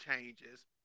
changes